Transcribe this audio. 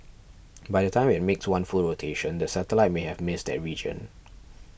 by the time it makes one full rotation the satellite may have missed that region